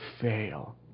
fail